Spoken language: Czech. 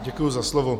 Děkuji za slovo.